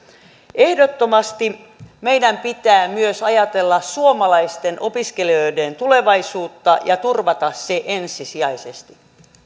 ehdottomasti meidän pitää myös ajatella suomalaisten opiskelijoiden tulevaisuutta ja turvata se ensisijaisesti